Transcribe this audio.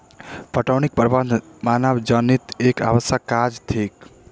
पटौनीक प्रबंध मानवजनीत एक आवश्यक काज थिक